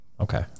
Okay